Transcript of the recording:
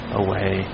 away